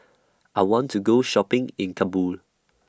I want to Go Shopping in Kabul